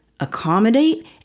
accommodate